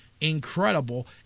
incredible